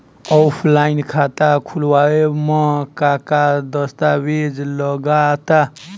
Offline खाता खुलावे म का का दस्तावेज लगा ता?